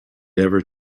ever